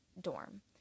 dorm